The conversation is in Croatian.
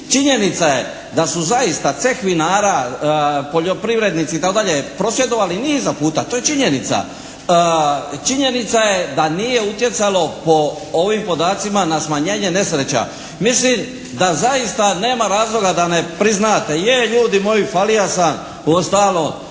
Činjenica je da su zaista ceh vinara, poljoprivrednici itd. prosvjedovali niza puta. To je činjenica. Činjenica je da nije utjecalo po ovim podacima na smanjenje nesreća. Mislim da zaista nema razloga da ne priznate, je ljudi moji falija sam. Uostalom